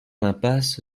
l’impasse